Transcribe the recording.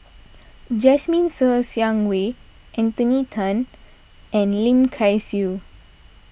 Jasmine Ser Xiang Wei Anthony then and Lim Kay Siu